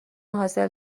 حاصل